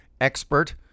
expert